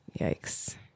Yikes